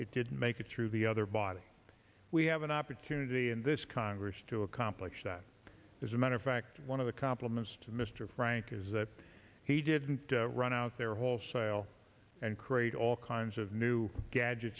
it didn't make it through the other body we have an opportunity in this congress to accomplish that as a matter of fact one of the compliments to mr frank is that he didn't run out there wholesale and create all kinds of new gadget